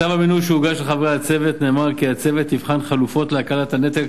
בכתב המינוי שהוגש לחברי הצוות נאמר כי הצוות יבחן חלופות להקלת הנטל